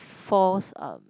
force uh